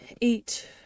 eat